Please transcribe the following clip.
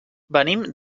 venim